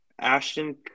Ashton